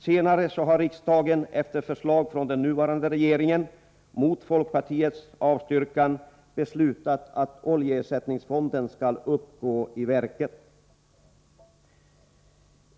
Senare har riksdagen, efter förslag från den nuvarande regeringen och mot folkpartiets avstyrkan, beslutat att oljeersättningsfonden skall uppgå i verket.